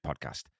Podcast